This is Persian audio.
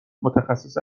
متخصص